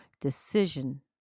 decision